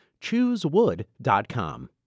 ChooseWood.com